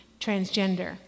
transgender